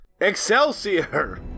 Excelsior